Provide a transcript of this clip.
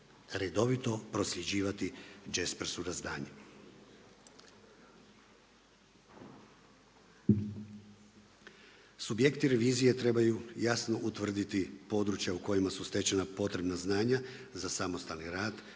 redovito prosljeđivati Jaspersu na znanje. Subjekti revizije trebaju jasno utvrditi područja u kojima su stečena potrebna znanja za samostalni rad